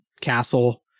castle